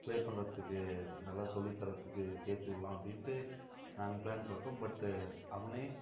play பண்றதுக்கு நல்லா சொல்லித் தரதுக்கு சேர்த்துவுடலாம் அப்படினுட்டு நாங்கள் பிளான் போட்டோம் பட்டு அவனே